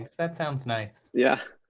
that sounds nice. yeah.